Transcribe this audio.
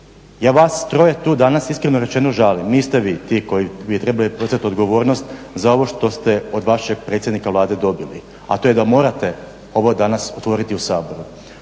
Ja vas troje tu danas, iskreno rečeno žalim, niste vi ti koji bi trebali preuzeti odgovornost za ovo što ste od vašeg predsjednika Vlade dobili, a to je da morate ovo danas otvoriti u Saboru.